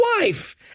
wife